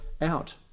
out